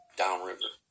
downriver